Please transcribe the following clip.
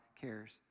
cares